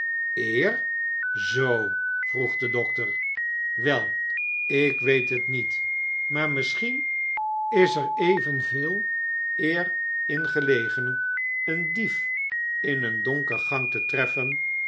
eer zoo vroeg de dokter wel ik weet het niet maar misschien is er evenveel eer in gelegen een dief in een donkere gang te treffen